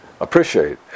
appreciate